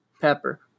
Pepper